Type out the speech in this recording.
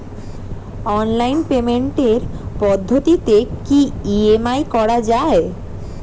Online পেমেন্টের পদ্ধতিতে কি ই.এম.আই করা যায়?